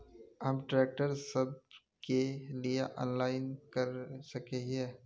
हम ट्रैक्टर सब के लिए ऑनलाइन कर सके हिये?